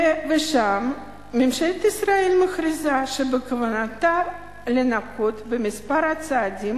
ושם ממשלת ישראל מכריזה שבכוונתה לנקוט כמה צעדים